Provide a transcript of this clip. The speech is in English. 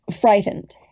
frightened